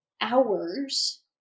hours